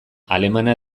alemana